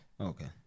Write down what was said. Okay